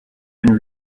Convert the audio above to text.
been